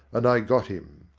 and i got him.